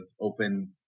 open